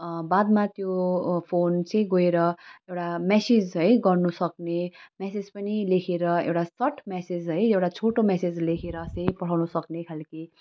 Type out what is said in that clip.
बादमा त्यो फोन चाहिँ गएर एउटा म्यासेज है गर्नुसक्ने म्यासेज पनि लेखेर एउटा सर्ट म्यासेज है एउटा छोटो म्यासेज लेखेर चाहिँ पठाउनुसक्ने खालके